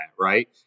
Right